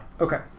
Okay